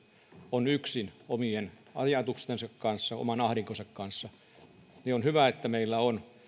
on yksin omien ajatustensa kanssa oman ahdinkonsa kanssa joten on hyvä että meillä on